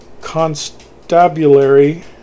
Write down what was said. constabulary